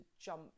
jump